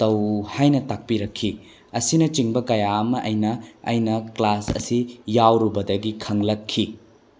ꯇꯧ ꯍꯥꯏꯅ ꯇꯥꯛꯄꯤꯔꯛꯈꯤ ꯑꯁꯤꯅꯆꯤꯡꯕ ꯀꯌꯥ ꯑꯃ ꯑꯩꯅ ꯑꯩꯅ ꯀꯂꯥꯁ ꯑꯁꯤ ꯌꯥꯎꯔꯨꯕꯗꯒꯤ ꯈꯪꯂꯛꯈꯤ